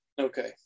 Okay